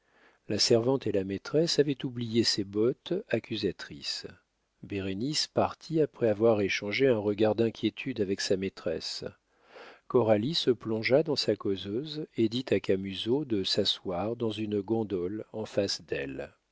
la servante et la maîtresse avaient oublié ces bottes accusatrices bérénice partit après avoir échangé un regard d'inquiétude avec sa maîtresse coralie se plongea dans sa causeuse et dit à camusot de s'asseoir dans une gondole en face d'elle